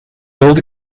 gold